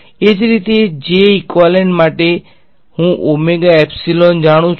એ જ રીતે j equivalent માટે હું ઓમેગા એપ્સીલોન જાણું છું